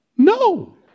No